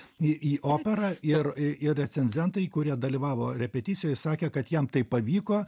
į į operą ir ir recenzentai kurie dalyvavo repeticijoj sakė kad jam tai pavyko